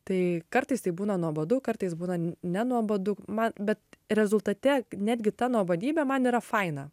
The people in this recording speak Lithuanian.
tai kartais tai būna nuobodu kartais būna nenuobodu man bet rezultate netgi ta nuobodybė man yra faina